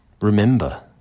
remember